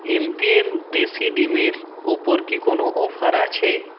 MPM দেশি ডিমের ওপর কি কোনও অফার আছে